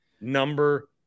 number